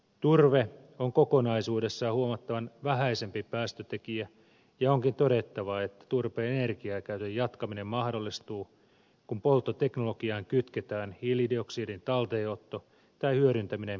turve on kokonaisuudessaan huomattavasti vähäisempi päästötekijä ja onkin todettava että turpeen energiakäytön jatkaminen mahdollistuu kun polttoteknologiaan kytketään hiilidioksidin talteenotto tai hyödyntäminen muuhun käyttöön